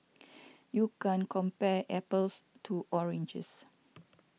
you can compare apples to oranges